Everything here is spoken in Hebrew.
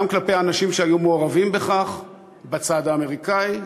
גם כלפי האנשים שהיו מעורבים בכך בצד האמריקני,